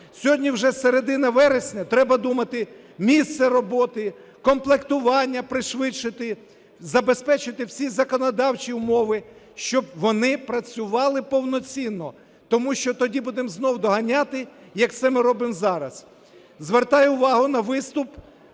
Сьогодні вже середина вересня, треба думати: місце роботи, комплектування пришвидшити, забезпечити всі законодавчі умови, щоб вони працювали повноцінно. Тому що тоді будемо знову доганяти, як це ми робимо зараз. Звертаю увагу на виступ